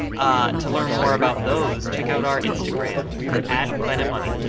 ah to learn more about those, check out our instagram. we're at planetmoney